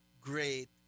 great